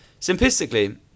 Simplistically